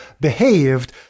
behaved